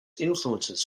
influences